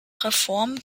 reform